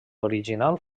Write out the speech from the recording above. original